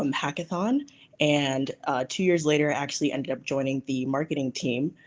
um hackathon and two years later actually ended up joining the marketing team.